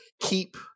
keep